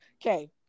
okay